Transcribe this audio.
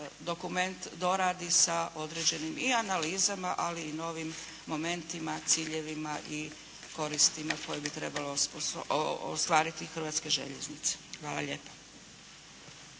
dokument doradi sa određenim i analizama ali i novim momentima, ciljevima i koristima koje bi trebale ostvariti Hrvatske željeznice. Hvala lijepa.